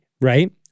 right